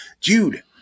dude